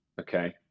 Okay